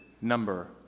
number